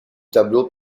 tableau